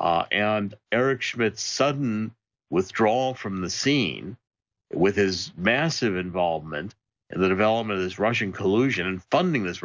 and eric schmidt's sudden withdrawal from the scene with his massive involvement in the development of this russian collusion in funding this